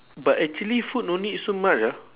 but actually food no need so much ah